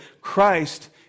Christ